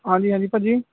ਹਾਂਜੀ ਹਾਂਜੀ ਭਾਜੀ